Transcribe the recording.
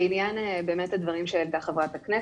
לעניין באמת הדברים שהעלתה חה"כ,